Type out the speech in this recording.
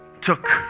took